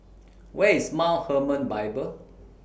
Where IS Mount Hermon Bible